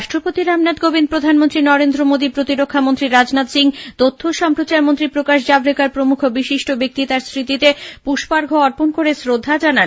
রাষ্ট্রপতি রামনাথ কোভিন্দ প্রধানমন্ত্রী নরেন্দ্র মোদীপ্রতিরক্ষা মন্ত্রী রাজনাথ সিং তথ্য ও সম্প্রচার মন্ত্রী প্রকাশ জাভড়েকর প্রমুখ বিশিষ্ট ব্যাক্তি স্মৃতিতে পুষ্পার্ঘ অর্পন করে শ্রদ্ধা জানান